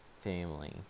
Family